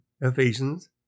Ephesians